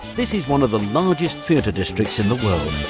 this is one of the largest theater districts in the world.